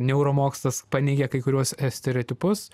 neuromokslas paneigia kai kuriuos stereotipus